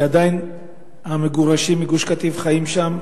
שעדיין המגורשים מגוש-קטיף חיים שם,